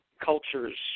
cultures